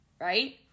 Right